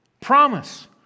Promise